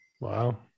Wow